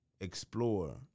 explore